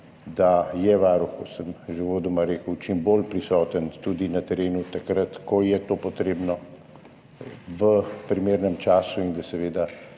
da je Varuh, kot sem že uvodoma rekel, čim bolj prisoten tudi na terenu, takrat ko je to potrebno, v primernem času, in da je seveda